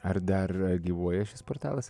ar dar gyvuoja šis portalas